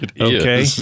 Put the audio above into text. okay